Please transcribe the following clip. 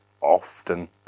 often